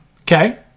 Okay